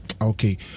okay